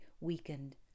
weakened